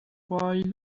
while